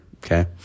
Okay